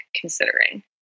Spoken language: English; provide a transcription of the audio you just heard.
considering